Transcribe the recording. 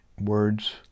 words